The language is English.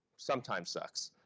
sometimes sucks.